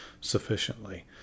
sufficiently